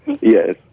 Yes